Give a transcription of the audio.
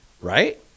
Right